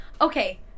okay